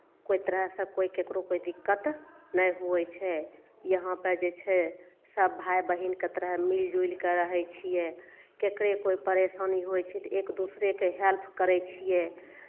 कोइ तरहसँ कोइ ककरो कोइ दिक्कत नहि हुए छै यहाँपे जे छै सभ भाय बहिनके तरह मिल जुलि कऽ रहै छियै केकरे कोइ परेशानी होइ छै तऽ एक दूसरेके हेल्प करै छियै